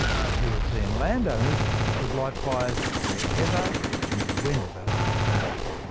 the european land owners could light fires wherever and whenever they liked.